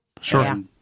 Sure